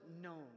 known